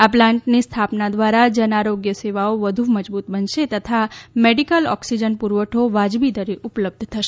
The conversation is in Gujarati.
આ પ્લાન્ટની સ્થાપના ધ્વારા જન આરોગ્ય સેવાઓ વધુ મજબુત બનશે તથા મેડીકલ ઓકસીજન પુરવઠો વાજબી દરે ઉપલબ્ધ થશે